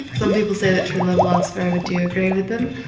some people say that true love lasts forever, do you agree with them?